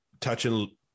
touching